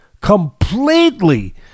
completely